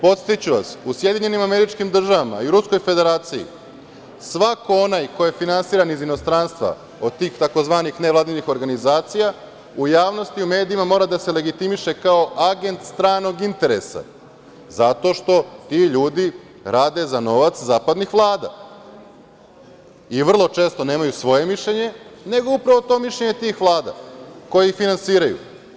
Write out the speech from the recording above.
Podsetiću vas, u SAD i Ruskoj Federaciji svako onaj ko je finansiran iz inostranstva, od tih tzv. nevladinih organizacija, u javnosti, u medijima mora da se legitimiše kao agent stranog interesa, zato što ti ljudi rade za novac zapadnih vlada, i vrlo često nemaju svoje mišljenje, nego je upravo to mišljenje tih vlada koje ih finansiraju.